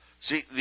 See